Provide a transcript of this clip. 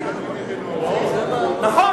נכון,